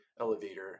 elevator